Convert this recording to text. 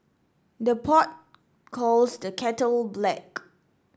the pot calls the kettle black